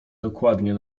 dokładnie